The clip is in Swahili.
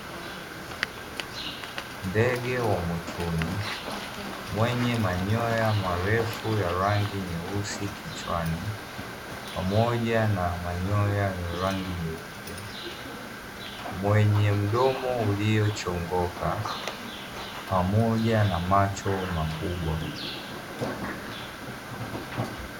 Ndege wa mwituni mwenye manyoya marefu ya rangi nyeusi kichwani, pamoja na manyoya ya rangi nyeupe, mwenye mdomo uliochongoka pamoja na macho makubwa.